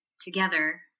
together